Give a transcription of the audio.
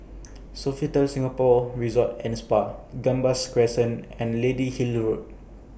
Sofitel Singapore Resort and Spa Gambas Crescent and Lady Hill Road